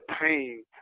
pain